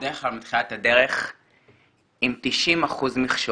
בדרך כלל מתחילה את הדרך עם 90% מכשולים.